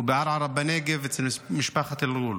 ובערערה בנגב אצל משפחת אל-ע'ול.